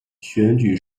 选举